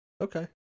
Okay